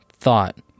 thought